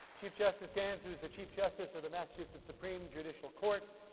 chief justice gants, who is the chief justice of the massachusetts supreme judicial court,